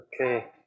Okay